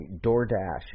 DoorDash